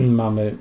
mamy